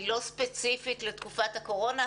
היא לא ספציפית לתקופת הקורונה,